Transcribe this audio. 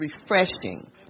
refreshing